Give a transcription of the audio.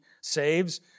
saves